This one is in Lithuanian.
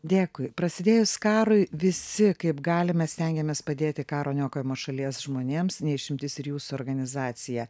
dėkui prasidėjus karui visi kaip galime stengiamės padėti karo niokojamos šalies žmonėms ne išimtis ir jūsų organizacija